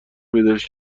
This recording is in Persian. پیداش